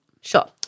Sure